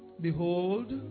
Behold